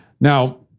Now